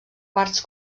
parts